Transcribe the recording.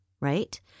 right